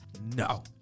no